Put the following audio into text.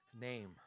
name